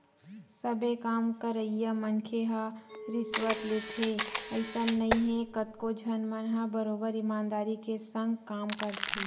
सबे काम करइया मनखे ह रिस्वत लेथे अइसन नइ हे कतको झन मन ह बरोबर ईमानदारी के संग काम करथे